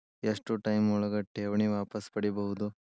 ಎಷ್ಟು ಟೈಮ್ ಒಳಗ ಠೇವಣಿ ವಾಪಸ್ ಪಡಿಬಹುದು?